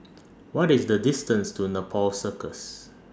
What IS The distance to Nepal Circus